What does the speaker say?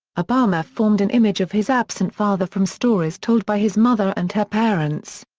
obama formed an image of his absent father from stories told by his mother and her parents.